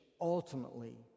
Ultimately